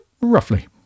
roughly